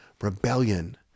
rebellion